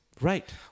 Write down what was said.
Right